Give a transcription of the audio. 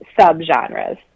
sub-genres